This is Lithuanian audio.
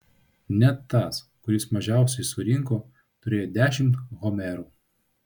net tas kuris mažiausiai surinko turėjo dešimt homerų